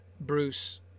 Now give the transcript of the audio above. Bruce